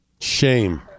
Shame